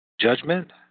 judgment